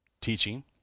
teaching